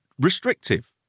restrictive